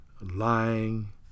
lying